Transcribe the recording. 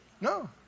No